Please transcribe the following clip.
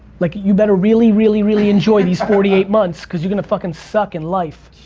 like you better really, really, really enjoy these forty eight months cause you're gonna fuckin suck in life.